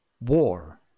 War